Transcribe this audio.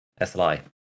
SLI